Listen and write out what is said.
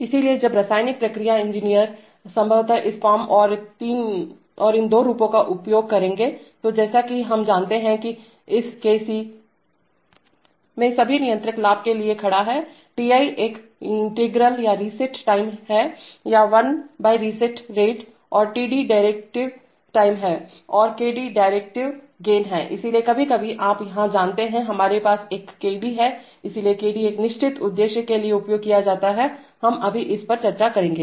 इसलिए जब रासायनिक प्रक्रिया इंजीनियर संभवतः इस फॉर्म और इन दो रूपों का उपयोग करेंगे तो जैसा कि हम जानते हैं कि इस Kc Kc' Kc में सभी नियंत्रक लाभ के लिए खड़ा हैTi एक इंटीग्रल या रिसेट टाइम या वन बय रिसेट रेट और टीडी Td डेरीवेटिव टाइम है और केडी Kd डेरीवेटिव गेन है इसलिए कभी कभी आप यहां जानते हैं हमारे पास एक केडी Kd है इसलिए यह Kd एक निश्चित उद्देश्य के लिए उपयोग किया जाता है हम अभी इस पर चर्चा करेंगे